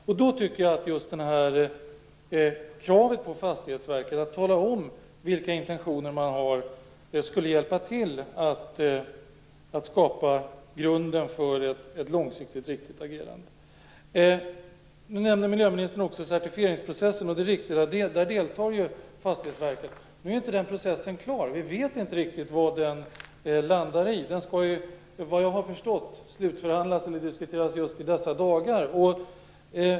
Jag tycker att kravet på Fastighetsverket att tala om vilka intentioner det har skulle hjälpa till att skapa grunden för ett långsiktigt riktigt agerande. Miljöministern nämnde också certifieringsprocessen. Det är riktigt att Fastighetsverket deltar i den. Men den processen är inte klar. Vi vet inte riktigt var den landar. Vad jag har förstått skall den slutförhandlas och diskuteras just i dessa dagar.